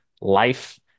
life